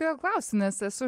kodėl klausiu nes esu